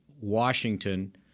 Washington